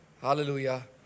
Hallelujah